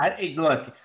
look